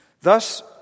Thus